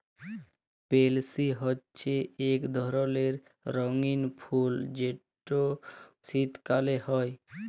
পেলসি হছে ইক ধরলের রঙ্গিল ফুল যেট শীতকাল হ্যয়